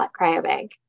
Cryobank